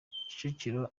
kicukiro